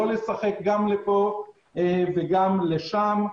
לא לשחק גם לפה וגם לשם.